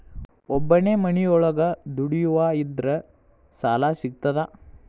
ಒಬ್ಬನೇ ಮನಿಯೊಳಗ ದುಡಿಯುವಾ ಇದ್ರ ಕೃಷಿ ಸಾಲಾ ಸಿಗ್ತದಾ?